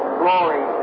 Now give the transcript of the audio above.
glory